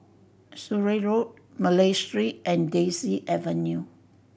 Surrey Road Malay Street and Daisy Avenue